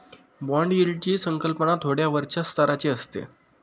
bond यील्डची संकल्पना थोड्या वरच्या स्तराची असते